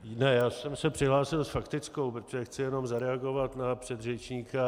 Ne, já jsem se přihlásil s faktickou, protože chci jenom zareagovat na předřečníka.